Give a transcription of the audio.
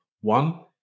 One